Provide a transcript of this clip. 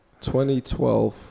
2012